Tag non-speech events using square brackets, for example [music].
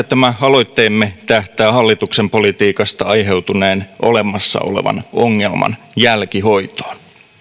[unintelligible] tämä aloitteemme tähtää hallituksen politiikasta aiheutuneen olemassa olevan ongelman jälkihoitoon